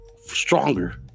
stronger